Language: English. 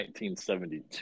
1972